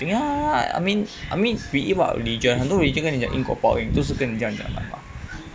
ya I mean I mean we eat what religion 很多 religion 跟你讲因果报应都是跟你这样讲的嘛